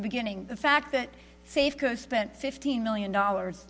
the beginning the fact that safeco spent fifteen million dollars